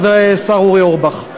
השר אורי אורבך.